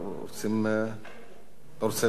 אתה רוצה לעלות?